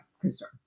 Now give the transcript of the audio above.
concern